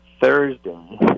thursday